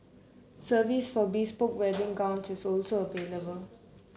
service for bespoke wedding gown is also available